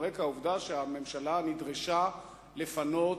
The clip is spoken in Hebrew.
על רקע העובדה שהממשלה נדרשה לפנות,